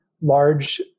large